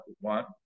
one